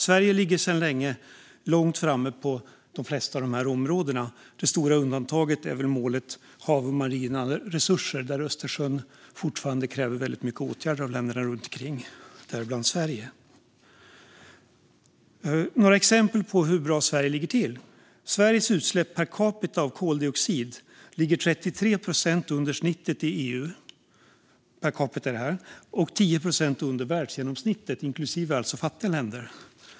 Sverige ligger sedan länge långt framme på de flesta av dessa områden. Det stora undantaget är väl målet Hav och marina resurser, där Östersjön fortfarande kräver väldigt mycket åtgärder av länderna runt omkring, däribland Sverige. Låt mig ta några exempel på hur bra Sverige ligger till: Sveriges utsläpp per capita av koldioxid ligger 33 procent under snittet i EU och 10 procent under världsgenomsnittet, inklusive fattiga länder.